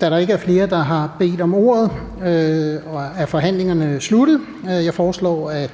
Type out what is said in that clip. Da der ikke er flere, der har bedt om ordet, er forhandlingen sluttet. Jeg foreslår, at